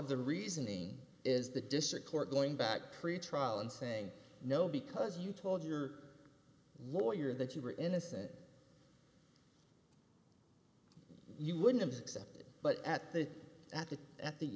the reasoning is the district court going back pretrial and saying no because you told your lawyer that you were innocent you wouldn't accept it but at the at the at the